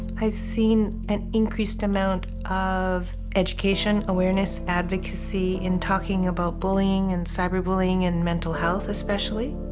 i've seen an increased amount of education, awareness, advocacy in talking about bullying, and cyberbullying, and mental health especially.